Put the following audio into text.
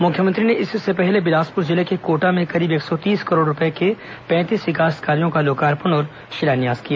मुख्यमंत्री ने इससे पहले बिलासपुर जिले के कोटा में करीब एक सौ तीस करोड़ रूपये के पैंतीस विकास कार्यों का लोकार्पण और शिलान्यास किया